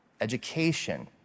education